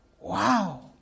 Wow